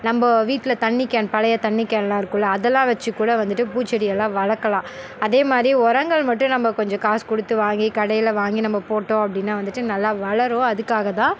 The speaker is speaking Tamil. நம்ம வீட்டில தண்ணி கேன் பழைய தண்ணி கேன்லாம் இருக்கும்ல அதெல்லாம் வச்சிக்கூட வந்துட்டு பூச்செடியெல்லாம் வளர்க்கலாம் அதேமாதிரி உரங்கள் மட்டும் நம்ம கொஞ்சம் காசு கொடுத்து வாங்கி கடையில் வாங்கி நம்ம போட்டோம் அப்படின்னா வந்துட்டு நல்லா வளரும் அதுக்காக தான்